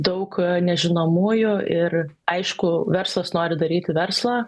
daug nežinomųjų ir aišku verslas nori daryti verslą